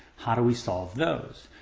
how do we solve those?